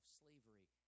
slavery